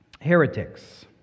heretics